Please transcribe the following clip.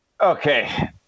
Okay